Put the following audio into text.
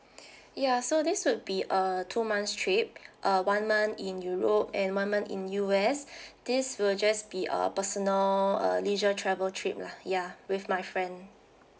ya so this would be a two months trip uh one month in europe and one month in U_S this will just be a personal uh leisure travel trip lah ya with my friend